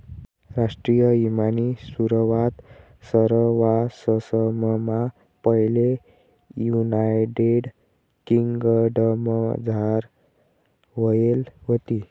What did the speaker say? राष्ट्रीय ईमानी सुरवात सरवाससममा पैले युनायटेड किंगडमझार व्हयेल व्हती